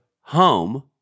Home